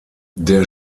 der